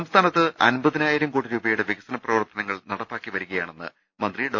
സംസ്ഥാനത്ത് അൻപതിനായിരം കോടി രൂപയുടെ വികസന പ്രവർത്ത നങ്ങൾ നടപ്പാക്കിവരികയാണെന്ന് മന്ത്രി ഡോ